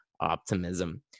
optimism